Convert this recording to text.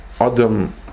Adam